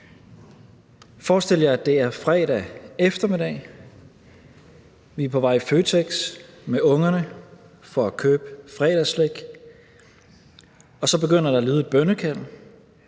Forestil jer, at det er fredag eftermiddag, I er på vej i Føtex med ungerne for at købe fredagsslik, og så begynder der at lyde et bønnekald